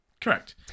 Correct